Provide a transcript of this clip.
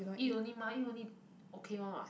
eat only mah eat only okay one what